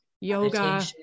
yoga